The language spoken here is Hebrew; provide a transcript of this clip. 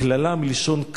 "קללה" מלשון "קל",